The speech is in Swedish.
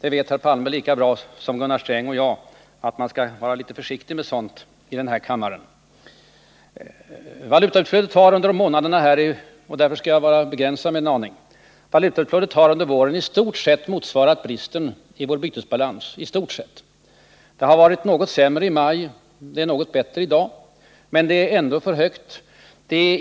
Olof Palme vet lika bra som Gunnar Sträng och jag att man skall vara försiktig med sådant i den här kammaren, och därför skall jag begränsa mig till några få ord. Valutautflödet har under våren i stort sett motsvarat bristen i vår bytesbalans. Det har varit något sämre i maj, det är något bättre i dag, men det är ändå för högt.